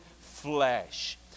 flesh